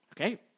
okay